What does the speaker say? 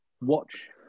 watch